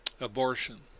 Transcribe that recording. abortion